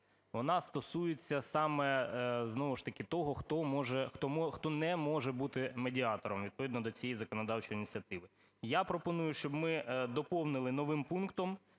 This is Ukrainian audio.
ж таки, того, хто не може бути медіатором відповідно до цієї законодавчої ініціативи. Я пропоную, щоб ми доповнили новим пунктом,